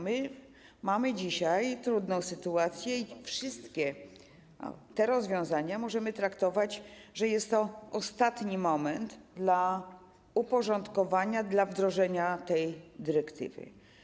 Mamy dzisiaj trudną sytuację i wszystkie te rozwiązania możemy traktować w ten sposób, że jest to ostatni moment na uporządkowanie, na wdrożenie tej dyrektywy.